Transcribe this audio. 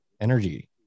energy